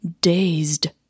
dazed